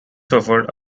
suffered